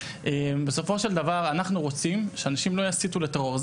בסופו של דבר אנחנו רוצים שאנשים לא יסיתו לטרור.